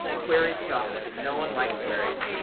queries suck. no one likes queries,